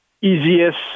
easiest